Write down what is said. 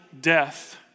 death